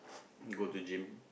go to gym